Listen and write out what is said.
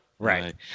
Right